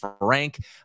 Frank